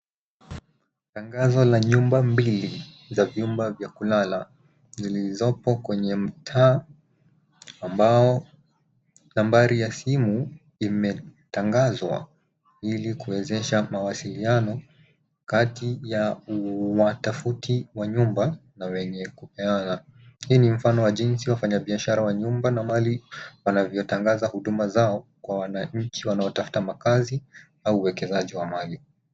Tangazo la nyumba mbili za vyumba vya kulala vilivyopo kwa mtaa ambao nambari ya simu imetangazwa ili kuwezesha mawasiliano kati ya watafutaji wa nyumba na wenye kupeana. Hii ni mfano wa jinsi biashara ya nyumba na mali wanavyotangaza huduma zao kwa wananchi wanaotafuta makazi au uwekezaji wa mali.